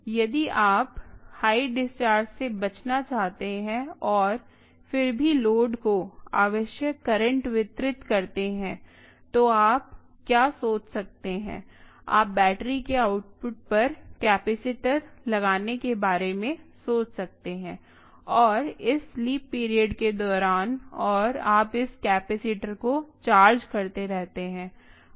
यदि आप high discharge से बचना चाहते हैं और फिर भी लोड को आवश्यक करंट वितरित करते हैं तो आप क्या सोच सकते हैं आप बैटरी के आउटपुट पर कैपेसिटर लगाने के बारे में सोच सकते हैं और इस स्लीप पीरियड् के दौरान आप इस कैपेसिटर को चार्ज करते रहते हैं